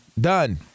done